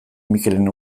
mikelen